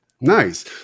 Nice